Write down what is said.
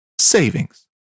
savings